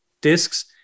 discs